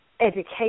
education